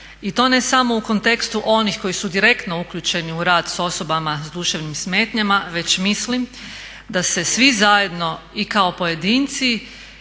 i to ne samo u kontekstu onih koji su direktno uključeni u rad s osobama s duševnim smetnjama već mislim da se svi zajedno i kao pojedinci